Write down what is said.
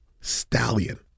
stallion